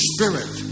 Spirit